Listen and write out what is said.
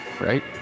right